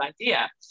idea